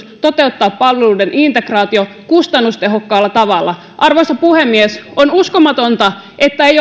toteuttaa palveluiden integraation kustannustehokkaalla tavalla arvoisa puhemies on uskomatonta että ei